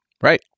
Right